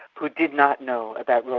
who did not know about